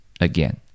again